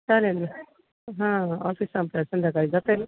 चालेल नं हां ऑफिस संपल्यावर संध्याकाळी जाता येईल